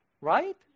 right